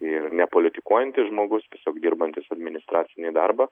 ir nepolitikuojantis žmogus tiesiog dirbantis administracinį darbą